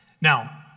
Now